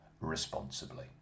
responsibly